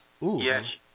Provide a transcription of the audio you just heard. Yes